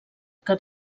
que